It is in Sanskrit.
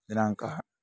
दिनाङ्कः